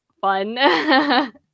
fun